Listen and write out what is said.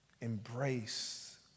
embrace